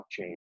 blockchain